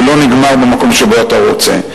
זה לא נגמר במקום שבו אתה רוצה.